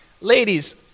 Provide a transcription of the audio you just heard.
ladies